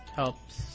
helps